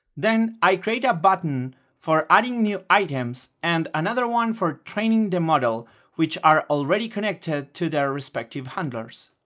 then i create a button for adding new items and another one for training the model which are already connected to their respective handlers.